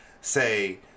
say